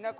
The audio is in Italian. La